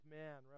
man